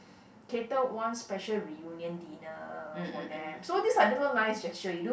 cater one special reunion dinner for them so these little nice special gesture you do